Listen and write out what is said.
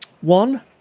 One